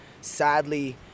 Sadly